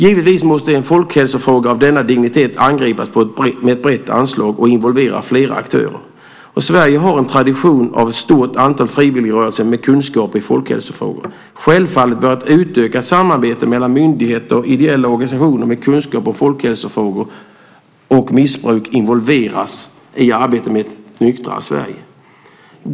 Givetvis måste en folkhälsofråga av denna dignitet angripas med ett brett anslag och involvera flera aktörer. Sverige har en tradition av ett stort antal frivilligrörelser med kunskap i folkhälsofrågor. Självfallet bör ett utökat samarbete mellan myndigheter och ideella organisationer med kunskaper om folkhälsofrågor och missbruk involveras i arbetet för ett nyktrare Sverige.